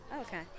Okay